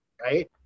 right